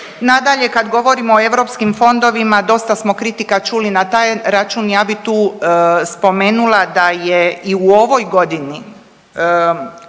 Nadalje, kad govorimo o europskim fondovima, dosta smo kritika čuli na taj račun, ja bih tu spomenula da je i u ovoj godini